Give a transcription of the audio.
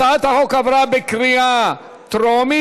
הצעת החוק עברה בקריאה טרומית,